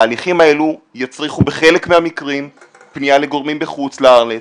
ההליכים האלו יצריכו בחלק מהמקרים פנייה לגורמים בחוץ-לארץ,